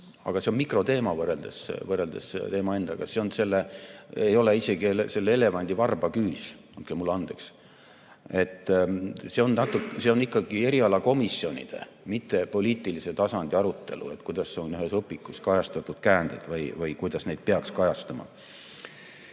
Aga see on mikroteema võrreldes selle teema endaga, see ei ole isegi selle elevandi varbaküüs, andke mulle andeks. See on ikkagi erialakomisjonide, mitte poliitilise tasandi arutelu, kuidas on ühes õpikus kajastatud käändeid või kuidas neid peaks kajastama.